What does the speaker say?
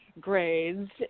grades